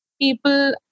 people